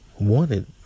wanted